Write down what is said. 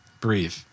breathe